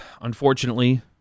unfortunately